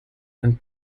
and